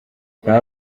nta